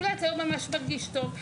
אולי אתה לא ממש מרגיש טוב,